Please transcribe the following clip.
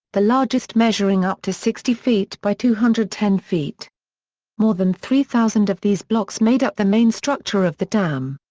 the largest measuring up to sixty feet by two hundred and ten feet more than three thousand of these blocks made up the main structure of the dam.